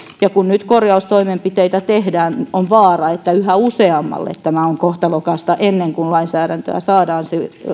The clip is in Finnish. ja kun nyt korjaustoimenpiteitä tehdään on vaara että yhä useammalle tämä on kohtalokasta ennen kuin lainsäädäntöä saadaan